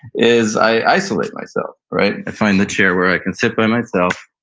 is i isolate myself. right? i find the chair where i can sit by myself,